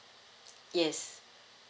yes